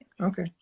okay